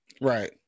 right